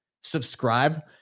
subscribe